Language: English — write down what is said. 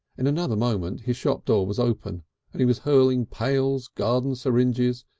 in another moment his shop door was open and he was hurling pails, garden syringes,